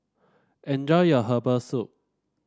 enjoy your Herbal Soup